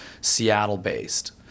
Seattle-based